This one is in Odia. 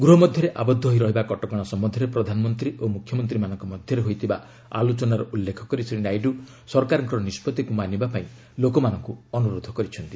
ଗୃହ ମଧ୍ୟରେ ଆବଦ୍ଧ ହୋଇ ରହିବା କଟକଣା ସମ୍ୟନ୍ଧରେ ପ୍ରଧାନମନ୍ତ୍ରୀ ଓ ମୁଖ୍ୟମନ୍ତ୍ରୀମାନଙ୍କ ମଧ୍ୟରେ ହୋଇଥିବା ଆଲୋଚନାର ଉଲ୍ଲେଖ କରି ଶ୍ରୀ ନାଇଡ଼ୁ ସରକାରଙ୍କର ନିଷ୍ପଭିକୁ ମାନିବା ପାଇଁ ଲୋକମାନଙ୍କୁ ଅନ୍ତରୋଧ କରିଛନ୍ତି